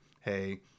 hey